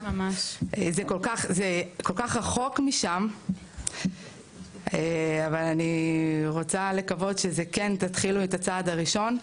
זה כל כך רחוק משם אבל אני רוצה לקוות שזה כן תתחילו את הצעד הראשון,